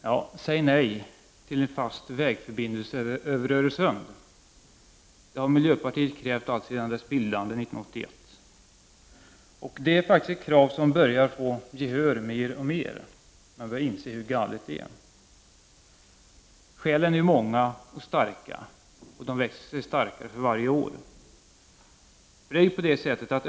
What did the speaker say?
Herr talman! Säg nej till en fast vägförbindelse över Öresund! Det har miljöpartiet krävt allt sedan partiets bildande 1981. Det är ett krav som faktiskt börjar få gehör mer och mer. Allt fler inser hur galet det är med en sådan förbindelse. Skälen är många och starka, och de växer sig starkare för varje år.